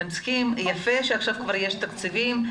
יפה שעכשיו כבר יש תקציבים,